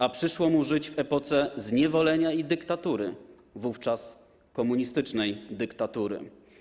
A przyszło mu żyć w epoce zniewolenia i dyktatury, wówczas komunistycznej dyktatury.